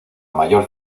mayor